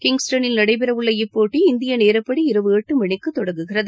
கிங்ஸ்டனில் நடைபெறவுள்ள இப்போட்டி இந்திய நேரப்படி இரவு எட்டு மணிக்கு தொடங்குகிறது